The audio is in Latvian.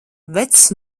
vecs